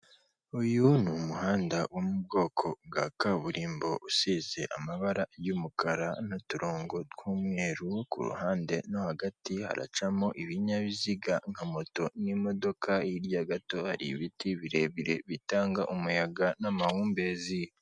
Uyu ni umuhanda wo mu bwoko bwa kaburimbo usheshe amabara y'umukara n'uturongo tw'umweru, kuruhande no hagati haracamo ibinyabiziga nka moto n'imodoka. Hirya gato hari ibiti birebire bitanga umuyaga n'amahumbezi.